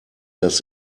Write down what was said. das